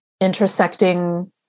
intersecting